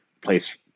place